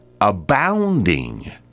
abounding